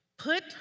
Put